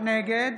נגד